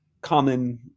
common